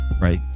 right